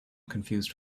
confused